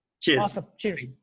cheers. awesome, cheers.